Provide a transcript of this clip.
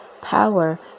power